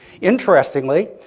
interestingly